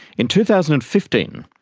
in two thousand and fifteen,